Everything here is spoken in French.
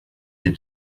est